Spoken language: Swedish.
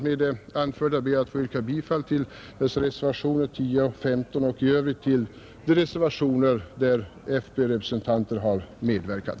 Med det anförda ber jag att få yrka bifall till reservationerna 10 och 15 och i övrigt till de reservationer där fp-representanter har medverkat.